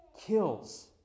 kills